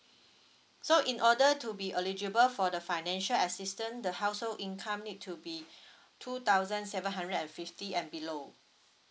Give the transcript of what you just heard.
so in order to be eligible for the financial assistance the household income need to be two thousand seven hundred and fifty and below